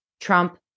Trump